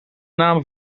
naam